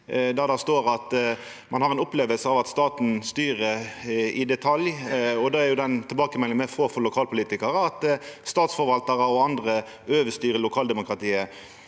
der det står at ein har ei oppleving av at staten styrer i detalj. Det er jo den tilbakemeldinga vi får frå lokalpolitikarar – at statsforvaltarar og andre overstyrer lokaldemokratiet.